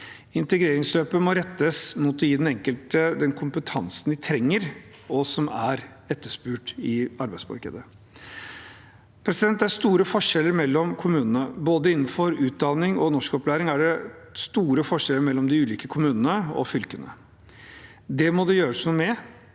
Integreringsløpet må rettes mot å gi den enkelte den kompetansen de trenger, og som er etterspurt i arbeidsmarkedet. Det er store forskjeller mellom kommunene. Både innenfor utdanning og norskopplæring er det store forskjeller mellom de ulike kommunene og fylkene. Det må det gjøres noe med.